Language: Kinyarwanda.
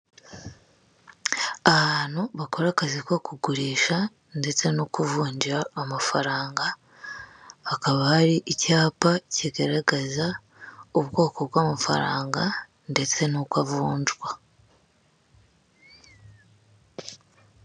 Ahantu bakora akazi ko kugurisha ndetse no kuvungira amafaranga, hakaba hari icyapa kigaragaza ubwoko bw'amafaranga, ndetse n'uko avunjwa.